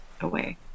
away